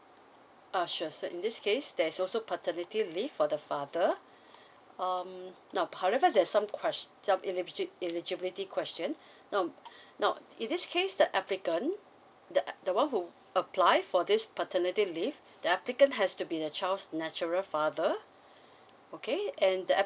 uh sure so in this case there's also paternity leave for the father um but there are some ques~ some eligibility questions um now now in this case the applicant the uh the one who apply for this paternity leave the applicant has to be the child's natural father okay and the